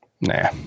Nah